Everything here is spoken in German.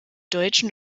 deutschen